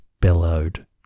bellowed